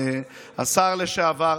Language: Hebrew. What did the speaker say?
השר לשעבר,